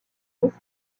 miss